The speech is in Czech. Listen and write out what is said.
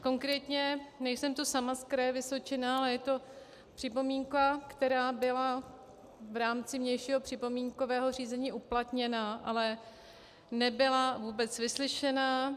Konkrétně nejsem tu sama z kraje Vysočina, ale je to připomínka, která byla v rámci vnějšího připomínkového řízení uplatněna, ale nebyla vůbec vyslyšena.